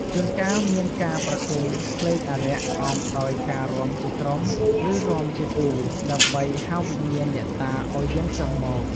ជួនកាលមានការប្រគំភ្លេងអារក្ស អមដោយការរាំជាក្រុម ឬរាំជាគូ ដើម្បីហៅវិញ្ញាណអ្នកតាឱ្យយាងចុះមក។